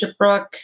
Shiprock